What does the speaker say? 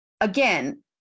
Again